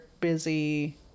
busy